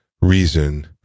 reason